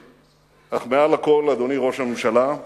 אך מעל לכול, אדוני ראש הממשלה,